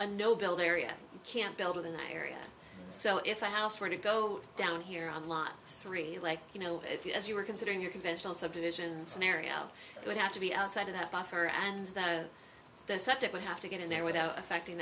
a no build area you can't build in the area so if a house were to go down here on line three like you know if you as you were considering your conventional submission scenario it would have to be outside of that buffer and then the septic would have to get in there without affecting